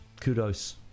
kudos